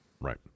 Right